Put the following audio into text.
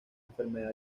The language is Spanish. enfermedad